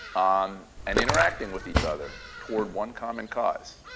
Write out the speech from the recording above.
um and interacting with each other toward one common cause.